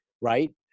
right